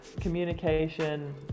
Communication